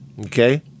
okay